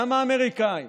גם האמריקאים